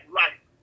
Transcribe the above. life